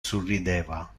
surrideva